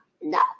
no